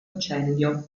incendio